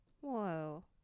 Whoa